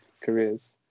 careers